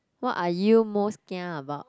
what are you most kia about